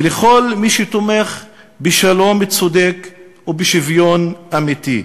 ולכל מי שתומך בשלום צודק ובשוויון אמיתי.